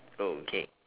okay